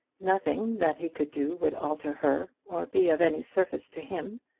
nothing that he could do would alter her, or be of any service to him.